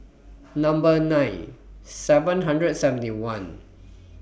Number nine seven hundred and seventy one